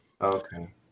Okay